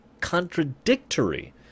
contradictory